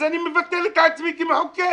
אז אני מבטל את עצמי כמחוקק.